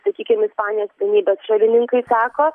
sakykim ispanijos vienybės šalininkai sako